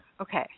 Okay